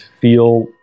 feel